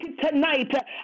tonight